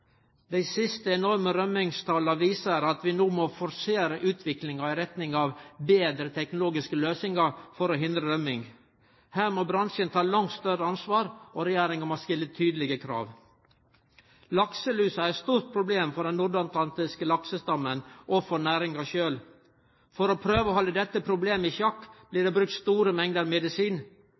Dei siste enorme rømmingstala viser at vi no må forsere utviklinga i retning av betre teknologiske løysingar for å hindre rømming. Her må bransjen ta langt større ansvar, og regjeringa må stille tydelege krav. Lakselus er eit stort problem for den nordatlantiske laksestammen og for næringa sjølv. For å prøve å halde dette problemet i sjakk blir det brukt store mengder medisin.